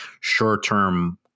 short-term